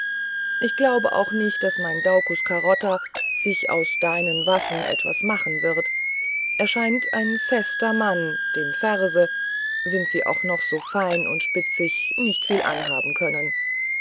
ich glaube auch nicht daß mein daucus carota sich aus deinen waffen etwas machen wird er scheint ein fester mann dem verse sind sie auch noch so fein und spitzig nicht viel anhaben können